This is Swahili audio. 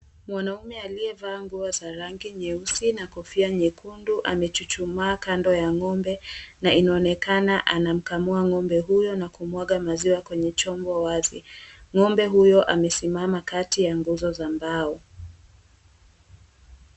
Mwanaumenaliye valia nguo nyeusi na rangi nyekunde amechchumaa kando ya nyumba na inaonekana anakamua ngombe na anamwaga kweye chombo wazi ngombe huyo amesimama kati ya nguzo za mbao.